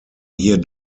hier